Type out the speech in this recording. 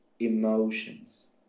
emotions